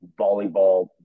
volleyball